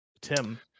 tim